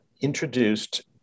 introduced